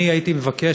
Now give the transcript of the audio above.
אני הייתי מבקש,